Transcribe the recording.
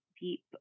deep